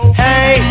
hey